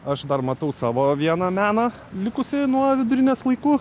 aš dar matau savo vieną meną likusį nuo vidurinės laikų